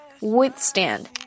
Withstand